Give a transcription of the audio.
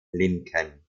linken